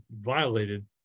violated